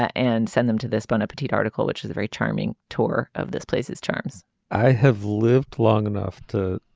ah and send them to this bon appetit article which is a very charming tour of this places terms i have lived long enough to